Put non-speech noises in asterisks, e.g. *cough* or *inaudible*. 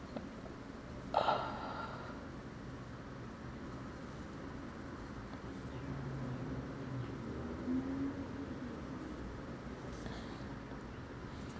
*breath*